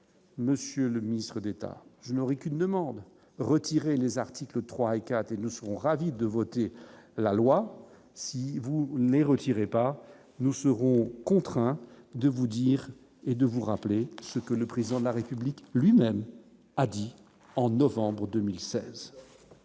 monsieur le ministre d'État, je n'aurai qu'une demande retirer les articles 3 et 4 et nous serons ravis de voter la loi, si vous n'est retiré pas, nous serons contraints de vous dire et de vous rappeler ce que le président de la République lui-même a dit en novembre 2016.